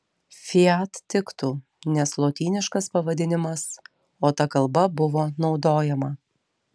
fiat tiktų nes lotyniškas pavadinimas o ta kalba buvo naudojama